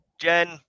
Jen